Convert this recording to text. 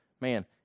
man